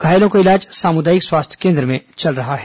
घायलों का इलाज सामुदायिक स्वास्थ्य केन्द्र में चल रहा है